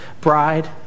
bride